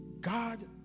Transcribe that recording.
god